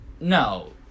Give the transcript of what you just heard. No